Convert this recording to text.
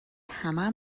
همه